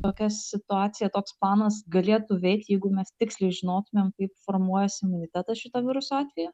tokia situacija toks planas galėtų veikt jeigu mes tiksliai žinotumėm kaip formuojasi imunitetas šito viruso atveju